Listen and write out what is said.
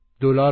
Dollar